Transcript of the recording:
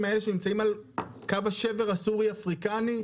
האלה שנמצאים על קו השבר הסורי אפריקני,